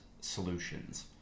Solutions